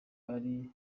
ari